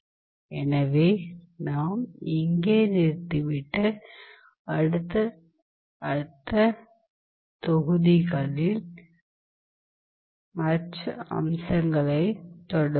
எனவே நாம் இங்கே நிறுத்திவிட்டு அடுத்தடுத்த தொகுதிகளில் மற்ற அம்சங்களைத் தொடர்வோம்